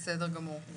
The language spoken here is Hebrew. בסדר גמור.